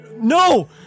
No